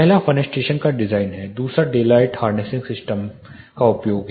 पहला फेनस्ट्रेशन का डिज़ाइन है दूसरा डेलाइट हार्नेसिंग सिस्टम का उपयोग है